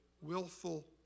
willful